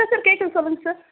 ஆ sir கேட்குது சொல்லுங்கள் sir